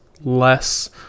less